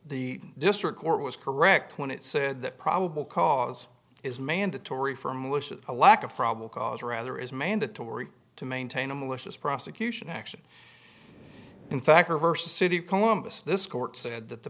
the district court was correct when it said that probable cause is mandatory for a militia a lack of probably cause rather is mandatory to maintain a malicious prosecution action in fact reverse the city of columbus this court said that the